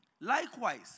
Likewise